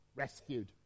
rescued